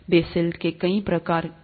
Bessel के कई प्रकार के कार्य है